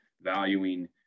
valuing